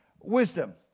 wisdom